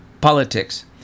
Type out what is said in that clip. politics